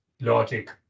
logic